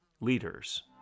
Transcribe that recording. Leaders